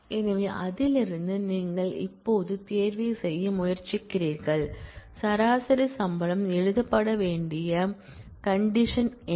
எனவே அதிலிருந்து நீங்கள் இப்போது தேர்வை செய்ய முயற்சிக்கிறீர்கள் சராசரி சம்பளம் எழுதப்பட வேண்டிய கண்டிஷன் என்ன